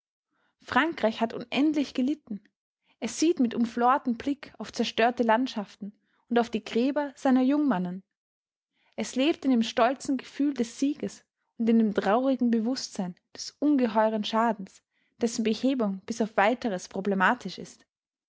frankreich hat unendlich gelitten es sieht mit umflortem blick auf zerstörte landschaften und auf die gräber seiner jungmannen es lebt in dem stolzen gefühl des sieges und in dem traurigen bewußtsein des ungeheuren schadens dessen behebung bis auf weiteres problematisch ist